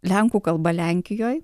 lenkų kalba lenkijoj